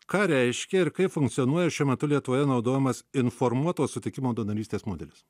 ką reiškia ir kaip funkcionuoja šiuo metu lietuvoje naudojamas informuoto sutikimo donorystės modelis